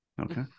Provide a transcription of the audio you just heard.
Okay